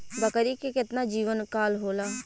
बकरी के केतना जीवन काल होला?